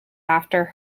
after